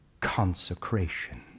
consecration